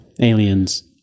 Aliens